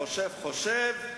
קשה וביושר,